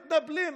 מתנפלים,